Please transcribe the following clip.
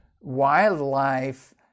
wildlife